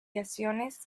variaciones